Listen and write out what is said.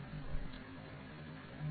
ഇതാണ് active low pass filter